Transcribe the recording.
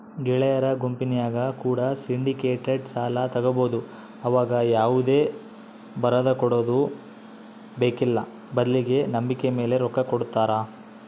ಗೆಳೆಯರ ಗುಂಪಿನ್ಯಾಗ ಕೂಡ ಸಿಂಡಿಕೇಟೆಡ್ ಸಾಲ ತಗಬೊದು ಆವಗ ಯಾವುದೇ ಬರದಕೊಡದು ಬೇಕ್ಕಿಲ್ಲ ಬದ್ಲಿಗೆ ನಂಬಿಕೆಮೇಲೆ ರೊಕ್ಕ ಕೊಡುತ್ತಾರ